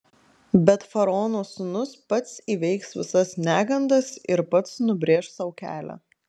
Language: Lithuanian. bet faraono sūnus pats įveiks visas negandas ir pats nubrėš sau kelią